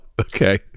okay